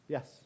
Yes